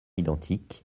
identiques